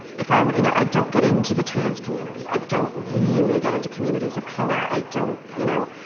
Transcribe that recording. if i were, you know, i don't get into the trans community. i don't really get into communities of color. i don't, you know,